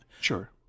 Sure